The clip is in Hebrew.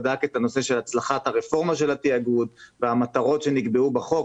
בדק את הנושא של הצלחת הרפורמה של התאגוד והמטרות שנקבעו בחוק,